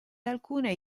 alcune